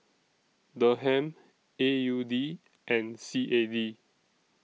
Dirham A U D and C A D